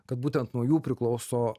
kad būtent nuo jų priklauso